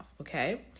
okay